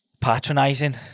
patronizing